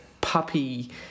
puppy